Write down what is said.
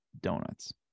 donuts